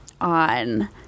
on